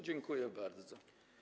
Dziękuję bardzo.